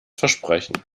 versprechen